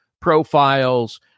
profiles